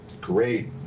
Great